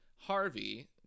Harvey